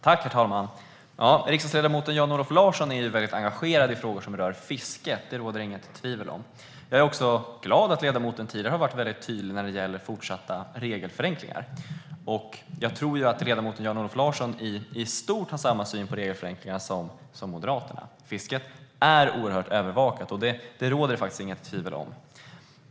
Herr talman! Riksdagsledamoten Jan-Olof Larsson är väldigt engagerad i frågor som rör fiske. Det råder det inget tvivel om. Jag är glad över att ledamoten tidigare har varit väldigt tydlig när det gäller fortsatta regelförenklingar. Jag tror att ledamoten Jan-Olof Larsson i stort har samma syn på regelförenklingar som Moderaterna. Fisket är oerhört övervakat. Det råder det faktiskt inget tvivel om.